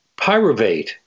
pyruvate